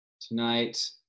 Tonight